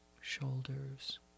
shoulders